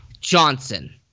Johnson